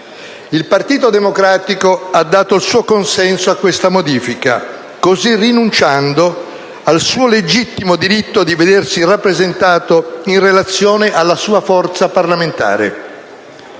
Il Partito Democratico ha dato il suo consenso a questa modifica, così rinunciando al suo legittimo diritto di vedersi rappresentato in relazione alla sua forza parlamentare.